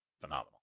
phenomenal